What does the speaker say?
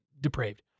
depraved